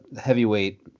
heavyweight